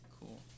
Cool